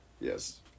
Yes